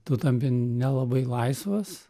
tu tampi nelabai laisvas